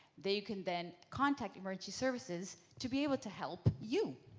they can then contact emergency services to be able to help you.